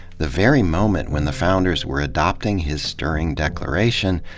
the very moment when the founders were adopting his stirring declaration,